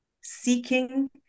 seeking